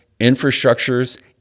infrastructures